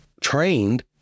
trained